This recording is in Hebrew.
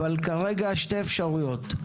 כרגע, יש שתי אפשרויות: